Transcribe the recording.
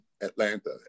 Atlanta